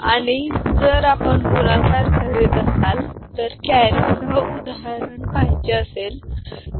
आणि जर आपण गुणाकार करीत असताना कॅरीसह उदाहरण पहायचे असेल तर